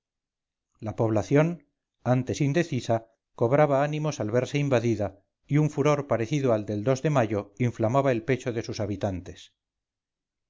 la población antes indecisa cobraba ánimos al verse invadida y un furor parecido al del de mayo inflamaba el pecho de sus habitantes